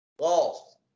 lost